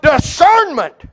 discernment